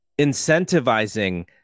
incentivizing